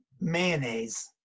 mayonnaise